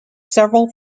several